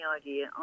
idea